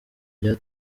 rya